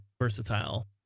versatile